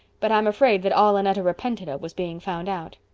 but i'm afraid that all annetta repented of was being found out.